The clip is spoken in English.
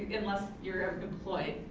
unless you're ah employed,